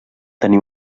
tenir